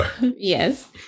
Yes